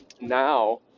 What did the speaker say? now